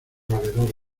valedor